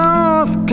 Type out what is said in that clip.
North